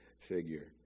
figure